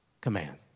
command